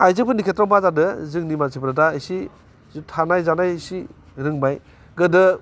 आयजोफोरनि खेथ्रआव मा जादो जोंनि मानसिफ्रा दा एसे थानाय जानाय एसे रोंबाय गोदो